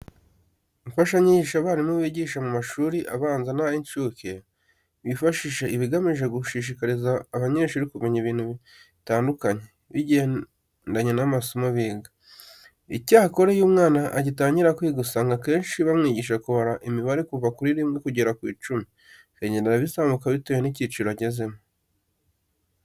Imfashanyigisho abarimu bigisha mu mashuri abanza n'ay'incuke bifashisha iba igamije gushishikariza abanyeshuri kumenya ibintu bitandukanye bigendanye n'amasomo biga. Icyakora, iyo umwana agitangira kwiga usanga akenshi bamwigisha kubara imibare kuva kuri rimwe kugera ku icumi bikagenda bizamuka bitewe n'icyiciro agezemo.